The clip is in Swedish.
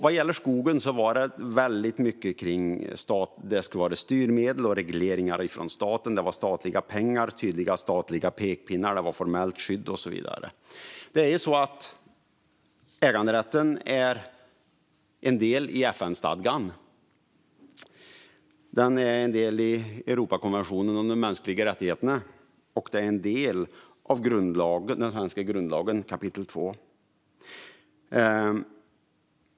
Vad gäller skogen handlade det mycket om styrmedel och regleringar från staten, statliga pengar, tydliga statliga pekpinnar, formellt skydd och så vidare. Äganderätten är en del i FN-stadgan, en del i Europakonventionen om de mänskliga rättigheterna och en del i den svenska grundlagens kapitel 2.